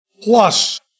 plus